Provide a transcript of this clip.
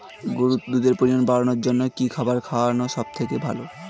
গরুর দুধের পরিমাণ বাড়ানোর জন্য কি খাবার খাওয়ানো সবথেকে ভালো?